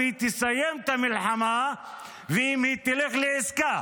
אם היא תסיים את המלחמה ואם היא תלך לעסקה.